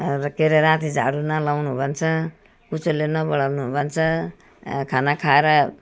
के अरे राति झाडु नलगाउनु भन्छ कुच्चोले नबढार्नु भन्छ खाना खाएर